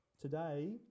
Today